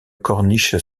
corniche